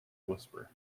whisper